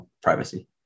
privacy